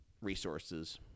resources